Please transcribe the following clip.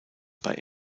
bei